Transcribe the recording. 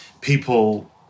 people